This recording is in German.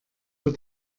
für